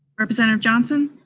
representative johnson?